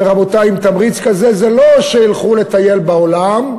ורבותי, עם תמריץ כזה, זה לא שילכו לטייל בעולם,